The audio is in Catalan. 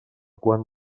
quan